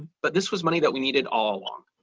but this was money that we needed all along.